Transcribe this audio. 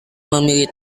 memilih